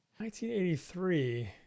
1983